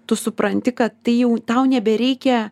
tu supranti kad tai jau tau nebereikia